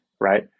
right